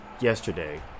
yesterday